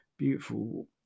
Beautiful